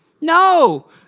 no